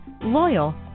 loyal